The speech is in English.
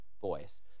boys